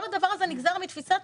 כל הדבר הזה נגזר מתפיסת